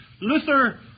Luther